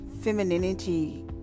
femininity